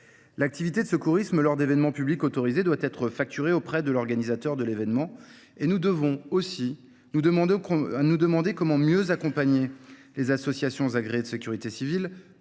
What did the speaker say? l’activité de secourisme lors d’événements publics autorisés doit être facturée auprès de l’organisateur de l’événement. À ce titre, nous devons nous demander comment mieux accompagner les associations agréées de sécurité civile,